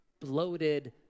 bloated